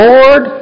Lord